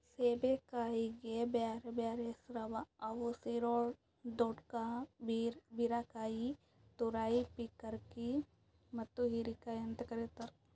ಸೇಬೆಕಾಯಿಗ್ ಬ್ಯಾರೆ ಬ್ಯಾರೆ ಹೆಸುರ್ ಅವಾ ಅವು ಸಿರೊಳ್, ದೊಡ್ಕಾ, ಬೀರಕಾಯಿ, ತುರೈ, ಪೀರ್ಕಂಕಿ ಮತ್ತ ಹೀರೆಕಾಯಿ ಅಂತ್ ಕರಿತಾರ್